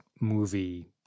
movie